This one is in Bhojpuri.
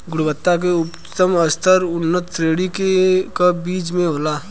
गुणवत्ता क उच्चतम स्तर कउना श्रेणी क बीज मे होला?